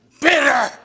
Bitter